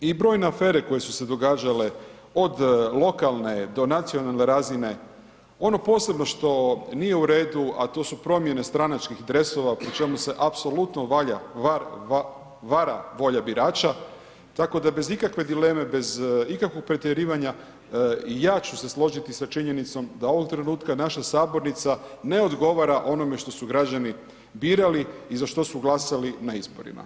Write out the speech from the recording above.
I brojne afere koje su se događale od lokalne do nacionalne razine, ono posebno što nije u redu a to su promjene stranačkih dresova po čemu se apsolutno vara volja birača tako da bez ikakve dileme, bez ikakvog pretjerivanja i ja ću se složiti sa činjenicom da ovoga trenutka naša sabornica ne odgovara onome što su građani birali i za što su glasali na izborima.